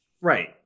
Right